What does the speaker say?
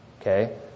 Okay